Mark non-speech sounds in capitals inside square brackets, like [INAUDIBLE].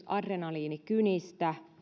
[UNINTELLIGIBLE] adrenaliinikynistä